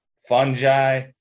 fungi